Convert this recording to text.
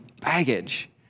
baggage